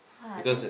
!wah! then